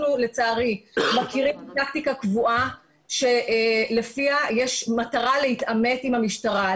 אנחנו לצערי מכירים טקטיקה קבועה לפיה יש מטרה להתעמת עם המשטרה,